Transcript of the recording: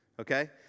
Okay